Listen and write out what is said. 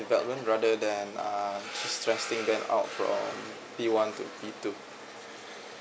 what was rather than uh stress thing that out from P one to P two